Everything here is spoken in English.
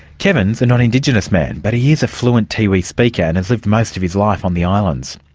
kevin's a non-indigenous man, but he is a fluent tiwi speaker and has lived most of his life on the islands.